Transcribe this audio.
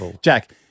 Jack